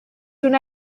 una